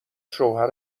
شوهر